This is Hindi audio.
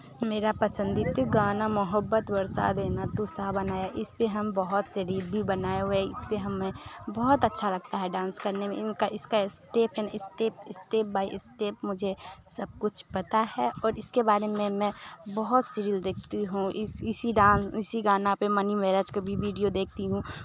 मेरा पसन्दीदा गाना मोहब्बत बरसा देना तू सावन आया इस पर हम बहुत से रील भी बनाए हुए हैं इस पर हमें बहुत अच्छा लगता है डांस करने मे इनका इसका step and step step by step मुझे सब कुछ पता है और इसके बारे में मैं बहुत सी रील देखती हूँ इस इसी डांस इसी गाना पर मनी मेराज का भी विडिओ देखती हूँ